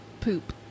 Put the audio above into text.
poop